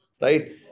right